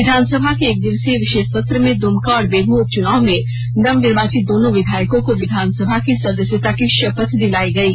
विधानसभा कें एकदिवसीय विशेष सत्र में दुमका और बेरमो उपचुनाव में नवनिर्वाचित दोनों विधायकों को विधानसभा की सदस्यता की शपथ दिलायी गयी